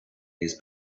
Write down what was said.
his